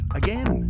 again